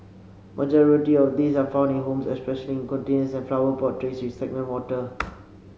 majority of these are found in homes especially in containers and flower pot trays with stagnant water